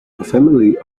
family